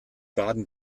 baden